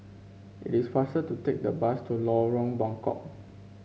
it is faster to take the bus to Lorong Buangkok